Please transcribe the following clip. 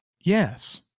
yes